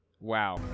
Wow